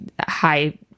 high